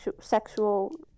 sexual